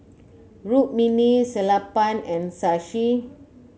Rukmini Sellapan and Shashi